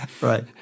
Right